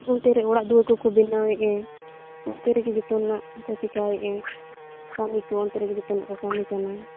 ᱚᱱᱛᱮ ᱨᱮ ᱚᱲᱟᱜ ᱫᱩᱭᱟᱹᱨ ᱠᱚ ᱠᱚ ᱵᱮᱱᱟᱣ ᱮᱫᱼᱟ ᱚᱱᱛᱮ ᱨᱮᱜᱮ ᱡᱚᱛᱚᱱᱟᱜ ᱠᱚ ᱪᱤᱠᱟᱹᱭᱮᱫᱼᱟ ᱠᱟᱹᱢᱤ ᱠᱚ ᱚᱱᱛᱮ ᱨᱮᱜᱮ ᱡᱚᱛᱚᱱᱟᱜ ᱠᱚ ᱠᱟᱹᱢᱤ ᱠᱟᱱᱟ